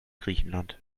griechenland